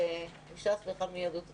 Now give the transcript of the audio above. אחד מש"ס ואחד מיהדות התורה.